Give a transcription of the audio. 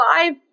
five